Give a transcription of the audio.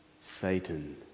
Satan